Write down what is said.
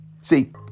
See